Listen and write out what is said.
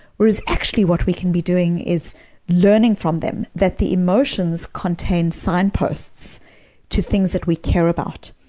whereas actually what we can be doing is learning from them that the emotions contain signposts to things that we care about.